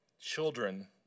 children